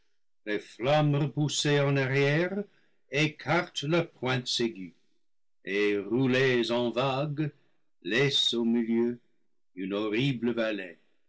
les flammes repoussées en arrière écartent leurs pointes aiguës et roulées en vagues laissent au milieu une horrible